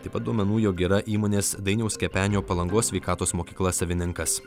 taip pat duomenų jog yra įmonės dainiaus kepenio palangos sveikatos mokykla savininkas